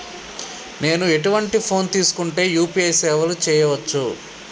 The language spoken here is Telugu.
నేను ఎటువంటి ఫోన్ తీసుకుంటే యూ.పీ.ఐ సేవలు చేయవచ్చు?